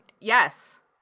Yes